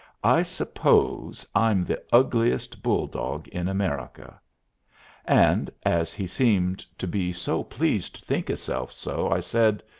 i suppose i'm the ugliest bull-dog in america and as he seemed to be so pleased to think hisself so, i said,